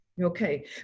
Okay